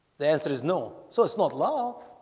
the answer is no so it's not long.